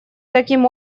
таким